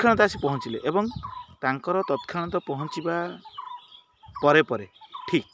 ତତ୍କ୍ଷଣାତ୍ ଆସି ପହଞ୍ଚିଲେ ଏବଂ ତାଙ୍କର ତତ୍କ୍ଷଣାତ୍ ପହଞ୍ଚିବା ପରେ ପରେ ଠିକ୍